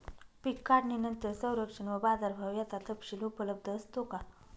पीक काढणीनंतर संरक्षण व बाजारभाव याचा तपशील उपलब्ध असतो का?